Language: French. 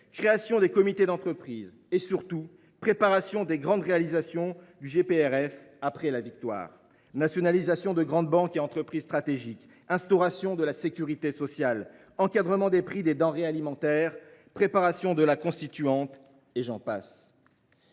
création des comités d’entreprise ; et surtout préparation des grandes réalisations du GPRF après la victoire, parmi lesquelles la nationalisation de grandes banques et d’entreprises stratégiques, l’instauration de la sécurité sociale, l’encadrement des prix des denrées alimentaires et la préparation de la Constituante. Monsieur